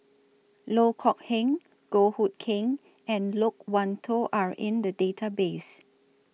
Loh Kok Heng Goh Hood Keng and Loke Wan Tho Are in The Database